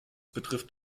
betrifft